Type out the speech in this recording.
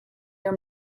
your